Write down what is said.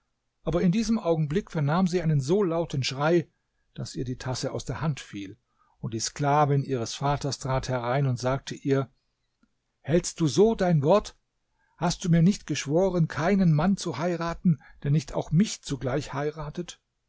aber in diesem augenblick vernahm sie einen so lauten schrei daß ihr die tasse aus der hand fiel und die sklavin ihres vaters trat herein und sagte ihr hältst du so dein wort hast du mir nicht geschworen keinen mann zu heiraten der nicht auch mich zugleich heiratet